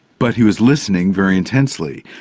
but he was listening very intensely.